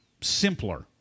simpler